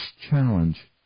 challenge